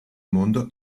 mondo